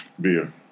Beer